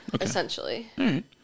Essentially